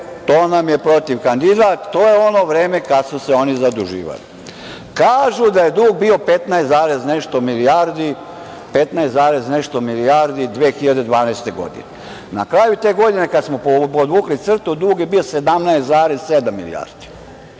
to nam je protivkandidat, to je ono vreme kad su se oni zaduživali. Kažu da je dug bio 15 zarez nešto milijardi 2012. godine. Na kraju te godine kad smo podvukli crtu dug je bio 17,7 milijardi,